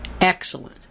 Excellent